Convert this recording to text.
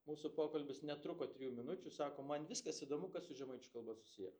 mūsų pokalbis netruko trijų minučių sako man viskas įdomu kas su žemaičių kalba susiję